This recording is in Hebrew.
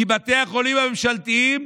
כי בתי החולים הממשלתיים,